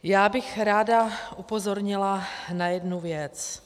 Já bych ráda upozornila na jednu věc.